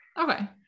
Okay